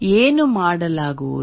ಏನು ಮಾಡಲಾಗುವುದು